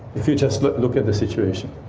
if you just look look at the situation,